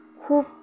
খুব